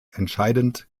entscheidend